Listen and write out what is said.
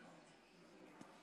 וכל העולם